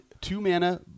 two-mana